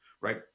right